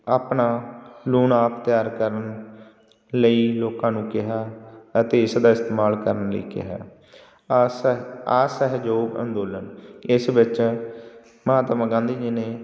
ਆਪਣਾ ਲੂਣ ਆਪ ਤਿਆਰ ਕਰਨ ਲਈ ਲੋਕਾਂ ਨੂੰ ਕਿਹਾ ਅਤੇ ਇਸ ਦਾ ਇਸਤੇਮਾਲ ਕਰਨ ਲਈ ਕਿਹਾ ਆਸਾ ਅਸਹਿਯੋਗ ਅੰਦੋਲਨ ਇਸ ਵਿੱਚ ਮਹਾਤਮਾ ਗਾਂਧੀ ਜੀ ਨੇ